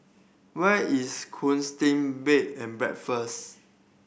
where is Gusti Bed and Breakfast